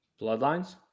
Bloodlines